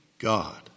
God